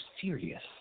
serious